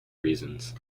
reasons